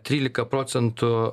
tryliką procentų